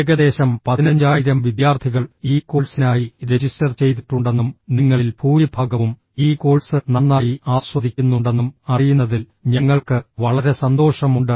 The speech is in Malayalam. ഏകദേശം 15000 വിദ്യാർത്ഥികൾ ഈ കോഴ്സിനായി രജിസ്റ്റർ ചെയ്തിട്ടുണ്ടെന്നും നിങ്ങളിൽ ഭൂരിഭാഗവും ഈ കോഴ്സ് നന്നായി ആസ്വദിക്കുന്നുണ്ടെന്നും അറിയുന്നതിൽ ഞങ്ങൾക്ക് വളരെ സന്തോഷമുണ്ട്